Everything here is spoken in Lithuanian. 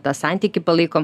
tą santykį palaikom